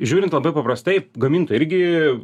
žiūrint labai paprastai gamintojai irgi